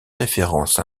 référence